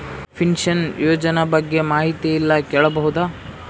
Pension ಯೋಜನ ಬಗ್ಗೆ ಮಾಹಿತಿ ಎಲ್ಲ ಕೇಳಬಹುದು?